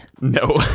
No